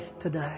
today